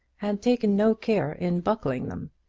had taken no care in buckling them,